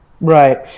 Right